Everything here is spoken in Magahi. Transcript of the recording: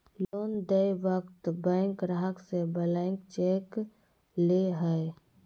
लोन देय वक्त बैंक ग्राहक से ब्लैंक चेक ले हइ